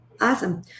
Awesome